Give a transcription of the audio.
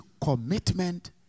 commitment